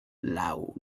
loud